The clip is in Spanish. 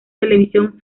televisión